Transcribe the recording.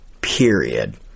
period